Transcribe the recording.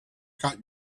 got